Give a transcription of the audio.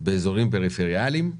באיזורים פריפריאליים,